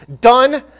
Done